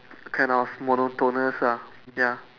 kind of monotonous ya